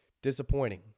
Disappointing